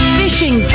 fishing